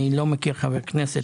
אני לא מכיר חבר כנסת